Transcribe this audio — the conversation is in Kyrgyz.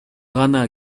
гана